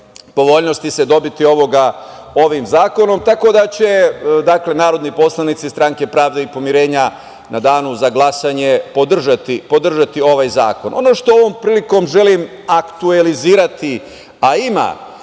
povoljnosti se dobiti ovim zakonom, tako da će narodni poslanici Stranke pravde i pomirenja u danu za glasanje podržati ovaj zakon. Ono što ovom prilikom želim aktuelizirati, a ima